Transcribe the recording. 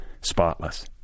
spotless